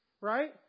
right